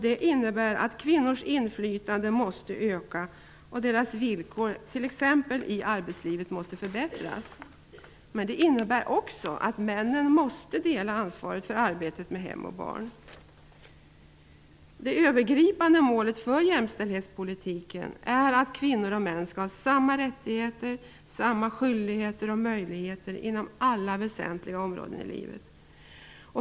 Det innebär att kvinnors inflytande måste öka och att deras villkor, t.ex i arbetslivet, måste förbättras. Det innebär också att männen måste dela ansvaret för arbetet med hem och barn. Det övergripande målet för jämställdhetspolitiken är att kvinnor och män skall ha samma rättigheter, skyldigheter och möjligheter på alla väsentliga områden i livet.